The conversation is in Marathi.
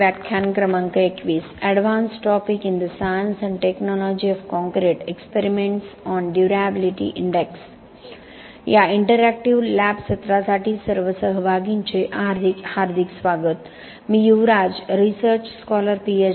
या इंटरएक्टिव्ह लॅब सत्रासाठी सर्व सहभागींचे हार्दिक स्वागत मी युवराजरिसर्च स्कॉलर पीएच